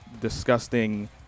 disgusting